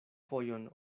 fojon